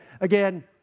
again